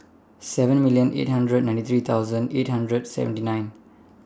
seven million eight hundred ninety three thousand eight hundred seventy nine